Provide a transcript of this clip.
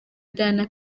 diana